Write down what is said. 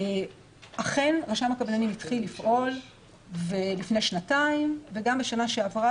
אכן רשם הקבלנים התחיל לפעול לפני שנתיים וגם בשנה שעברה,